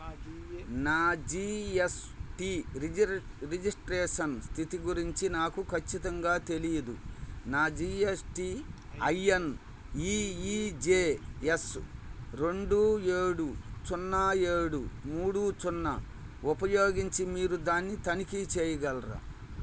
నా G S T రిజర్ registration స్థితి గురించి నాకు ఖచ్చితంగా తెలియదు నా G S T I N E E J S రెండు ఏడు చున్నా ఏడు మూడు సున్నా ఉపయోగించి మీరు దాన్ని తనిఖీ చేయగలరా